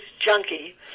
junkie